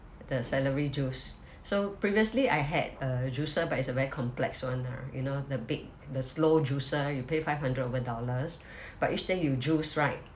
the celery juice so previously I had a juicer but it's a very complex one lah you know the big the slow juicer you pay five hundred over dollars but each day you juice right